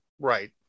Right